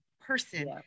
person